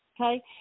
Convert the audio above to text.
okay